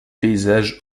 paysages